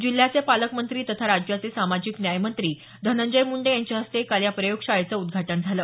जिल्ह्याचे पालकमंत्री तथा राज्याचे सामाजिक न्यायमंत्री धनंजय मुंडे यांच्या हस्ते काल या प्रयोगशाळेचं उद्घाटन झालं